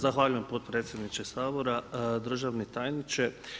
Zahvaljujem potpredsjedniče Sabora, državni tajniče.